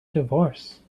divorce